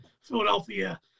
Philadelphia